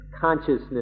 consciousness